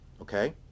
okay